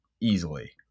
easily